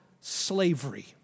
slavery